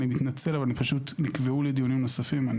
אני מתנצל אבל נקבעו לי דיונים נוספים ואני נאלץ לעזוב כעת.